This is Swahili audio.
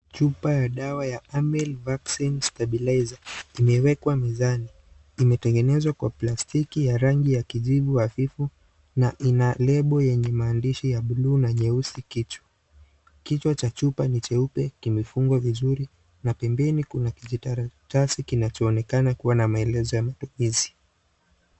Chupa ya dawa ya Amil Vaccine Stabilizer imewekwa mezani. Imetengenezwa kwa plastiki ya rangi ya kijivu hafifu na ina lebo yenye maandishi ya bluu na nyeusi kichwa. Kichwa cha chupa ni cheupe, kimefungwa vizuri na pembeni kuna kijitaratibu kinachoonekana kuwa na maelezo ya mtengenezaji.